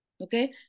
Okay